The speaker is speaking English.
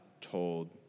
told